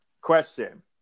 question